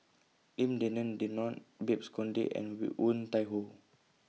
Lim Denan Denon Babes Conde and Woon Tai Ho